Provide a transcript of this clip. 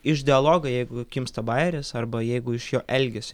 iš dialogo jeigu gimsta bajeris arba jeigu iš jo elgesio